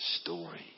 story